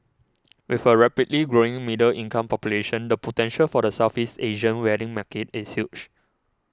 with a rapidly growing middle income population the potential for the Southeast Asian wedding market is huge